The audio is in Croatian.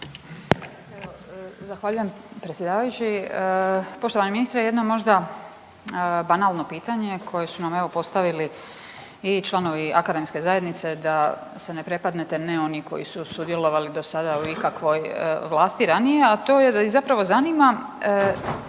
Zahvaljujem predsjedavajući. Poštovani ministre jedna možda banalno pitanje koje su nam evo postavili i članovi akademske zajednice da se ne prepadnete, ne oni koji su sudjelovali do sada u ikakvoj vlasti ranije, a to je da ih zapravo zanima